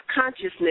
Consciousness